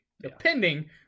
Depending